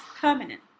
permanent